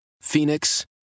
Phoenix